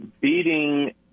beating